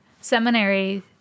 seminary